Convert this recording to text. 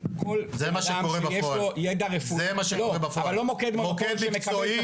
שיזניק כל אדם שיש לו ידע רפואי -- זה מה שקורה בפועל מוקד מקצועי,